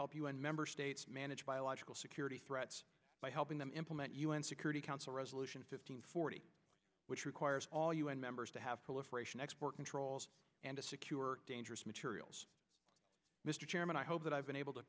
help u n member states manage biological security threats by helping them implement un security council resolution fifteen forty which requires all un members to have proliferation export controls and to secure dangerous materials mr chairman i hope that i've been able to